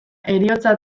heriotza